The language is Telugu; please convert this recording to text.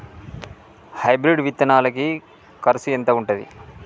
హైబ్రిడ్ విత్తనాలకి కరుసు ఎంత ఉంటది?